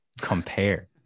compare